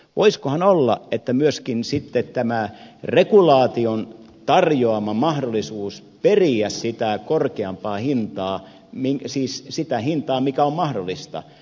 voisikohan olla että myöskin on sitten tämä regulaation tarjoama mahdollisuus periä sitä korkeampaa hintaa siis sitä hintaa mikä on mahdollista